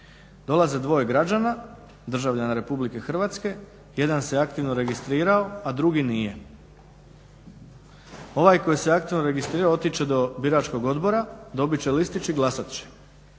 Dolaze dvoje građana, državljana RH, jedan se aktivno registrirao, a drugi nije. Ovaj koji se aktivno registrirao otići će do biračkog odbora, dobit će listić i glasat će.